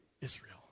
Israel